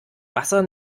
wasser